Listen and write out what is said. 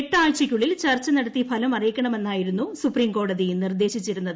എട്ട് ആഴ്ചക്കുള്ളിൽ ചർച്ചനടത്തി ഫലമറിയിക്കണമെന്നായിരുന്നു സുപ്രീംകോടതി നിർദ്ദേശിച്ചിരുന്നത്